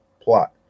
plot